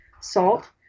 salt